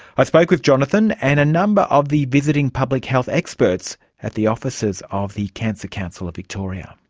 i spoke with jonathan and a number of the visiting public health experts at the offices of the cancer council of victoria.